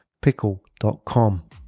Pickle.com